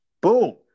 boom